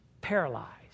paralyzed